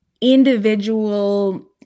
individual